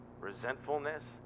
resentfulness